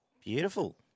Beautiful